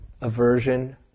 aversion